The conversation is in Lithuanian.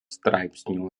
straipsnių